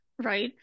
right